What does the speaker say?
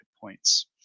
points